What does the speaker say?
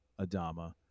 Adama